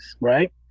right